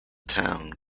town